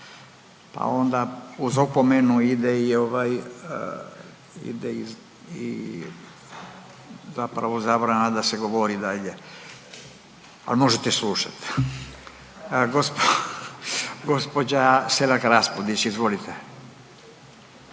pa onda uz opomenu ide i ovaj ide i zapravo zabrana da se govori dalje, ali možete slušat. Gospođa Selak Raspudić, izvolite.